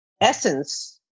essence